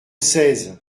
seize